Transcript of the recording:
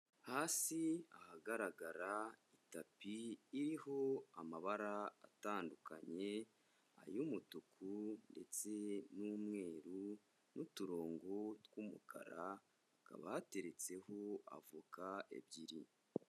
Hasi ahagaragara itapi iriho amabara atandukanye ay'umutuku ndetse n'umweru n'uturongo tw'umukara hakaba hateretseho avoka ebyiri.